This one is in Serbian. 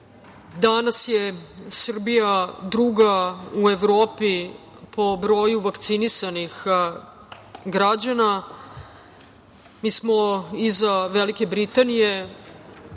borbu. Danas je Srbija druga u Evropi po broju vakcinisanih građana. Mi smo iza Velike Britanije,